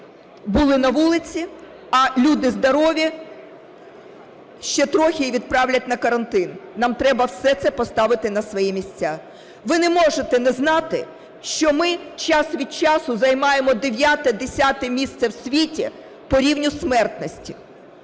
були на вулиці, а люди здорові: ще трохи - і відправлять на карантин. Нам треба все це поставити на свої місця. Ви не можете не знати, що ми час від часу займаємо 9-10 місце в світі по рівню смертності.